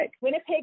Winnipeg